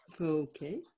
Okay